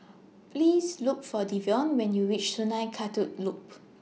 Please Look For Devon when YOU REACH Sungei Kadut Loop